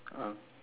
ah